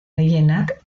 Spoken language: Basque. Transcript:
gehienak